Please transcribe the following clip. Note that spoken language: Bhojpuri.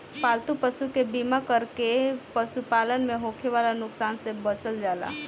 पालतू पशु के बीमा कर के पशुपालन में होखे वाला नुकसान से बचल जाला